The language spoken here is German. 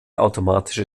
automatische